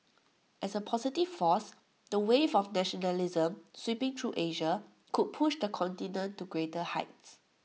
as A positive force the wave of nationalism sweeping through Asia could push the continent to greater heights